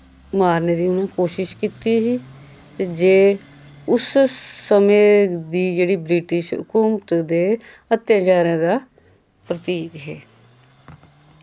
मारने दी उनैं कोशिश कीती ही ते जे उस समें दी जेह्ड़ी ब्रिटिश हकुमत दे अत्यचारें दा प्रतीक हे